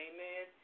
Amen